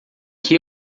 que